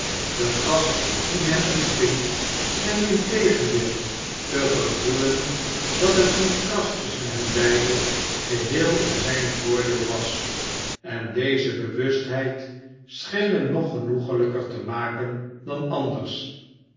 de gast die hem ontving scheen integendeel te gevoelen dat het contrast tusschen hen beiden geheel in zijn voordeel was en deze bewustheid scheen hem nog genoeglijker te maken dan anders